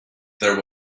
there